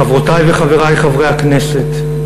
חברותי וחברי חברי הכנסת,